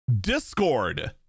Discord